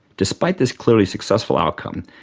despite this clearly successful outcome,